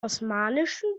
osmanischen